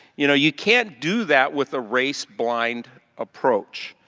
you know, you can't do that with the race blind approach.